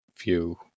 view